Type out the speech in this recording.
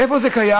איפה זה קיים?